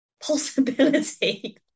possibility